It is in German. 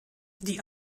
die